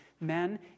men